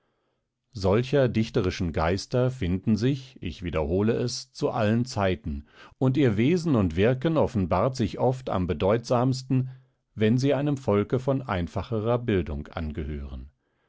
solcher dichterischen geister finden sich ich wiederhole es zu allen zeiten und ihr wesen und wirken offenbart sich oft am bedeutsamsten wenn sie einem volke von einfacherer bildung angehören